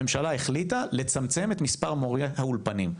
הממשלה החליטה לצמצם את מספר מורי האולפנים.